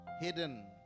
hidden